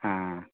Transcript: हँ